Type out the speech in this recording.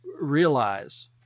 realize